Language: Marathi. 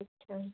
अच्छा